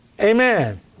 amen